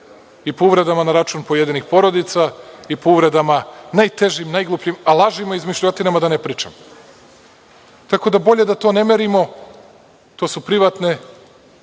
i po uvredama na račun pojedinih porodica i po uvredama najtežim, najglupljim, a lažima i izmišljotinama, da ne pričam. Tako da je bolje da to ne merimo, to su privatni